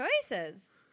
choices